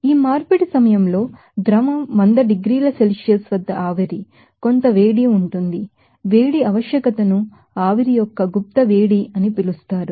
మరియు ఈ మార్పిడి సమయంలో లిక్విడ్ 100 డిగ్రీల సెల్సియస్ వద్ద ఆవిరి కొంత వేడి ఉంటుంది హీట్ రిక్విర్మెంట్ ను లేటెంట్ హీట్ అఫ్ వ్యాపారిజాషన్ అని పిలుస్తారు